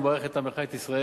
וברך את עמך את ישראל